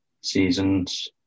seasons